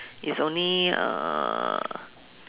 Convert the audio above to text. it's only uh